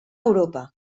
europa